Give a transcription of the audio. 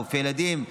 רופא ילדים,